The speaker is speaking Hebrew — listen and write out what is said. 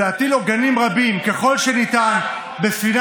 להטיל עוגנים רבים ככל שניתן בספינה